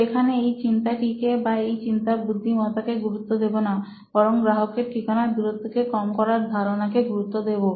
তো এখানে এই চিন্তাটি কে বা এই চিন্তার বুদ্ধিমত্তাকে গুরুত্ব দেব না বরং গ্রাহকের ঠিকানার দূরত্বকে কম করার ধারণাকে গুরুত্ব দেব